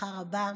הצלחה רבה.